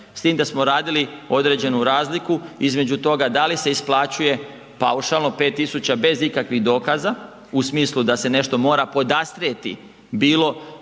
s tim da smo radili određenu razliku između toga da li se isplaćuje paušalno 5.000 bez ikakvih dokaza u smislu da se nešto mora podastrijeti bilo